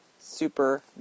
super